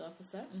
officer